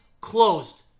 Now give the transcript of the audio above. closed